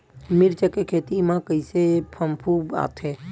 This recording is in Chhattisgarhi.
मिर्च के खेती म कइसे फफूंद आथे?